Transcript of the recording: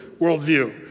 worldview